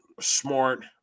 smart